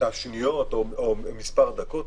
מספר דקות.